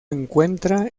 encuentra